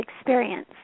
experience